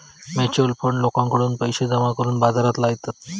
mutual fund लोकांकडून पैशे जमा करून बाजारात लायतत